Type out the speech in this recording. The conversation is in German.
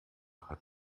hat